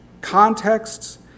contexts